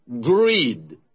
Greed